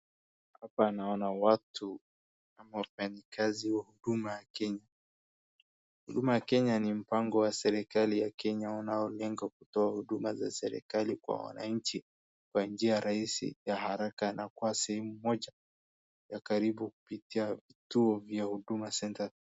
Hapa naona watu ama wafanyakazi wa huduma Kenya. Huduma Kenya ni mpango wa serikali ya Kenya unaolenga kutoa huduma za serikali kwa wananchi kwa njia rahisi, ya haraka, na kwa sejemu moja ya karibu kupitia vituo vya huduma centre .